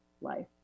life